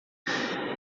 dia